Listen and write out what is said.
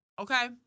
okay